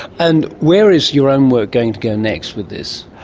and where is your own work going to go next with this?